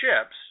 ships